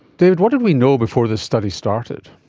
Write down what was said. david, want did we know before this study started?